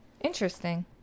Interesting